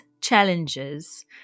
challenges